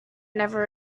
never